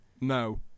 No